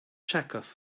chekhov